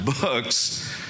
books